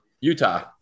Utah